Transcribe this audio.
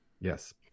yes